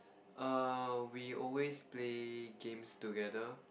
err we always play games together